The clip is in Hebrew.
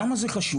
למה זה חשוב?